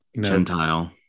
Gentile